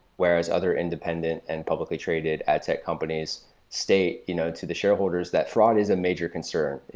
whereas other independent and publicly traded adtech companies stay you know to the shareholders that fraud is a major concern.